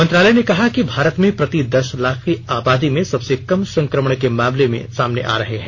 मंत्रालय ने कहा कि भारत में प्रति दस लाख की आबादी में सबसे कम संक्रमण के मामले सामने आ रहे हैं